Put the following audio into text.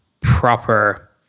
proper